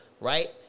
right